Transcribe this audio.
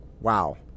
wow